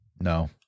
No